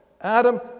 Adam